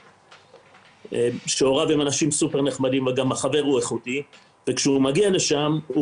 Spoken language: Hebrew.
איכותי שהוריו מאוד נחמדים וכשהוא מגיע לשם הוא